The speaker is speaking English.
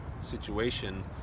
situation